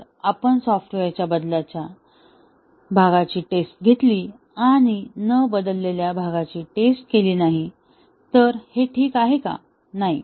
जर आपण सॉफ्टवेअरच्या बदललेल्या भागाची टेस्ट घेतली आणि न बदललेल्या भागाची टेस्ट केली नाही तर हे ठीक आहे का